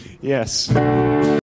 Yes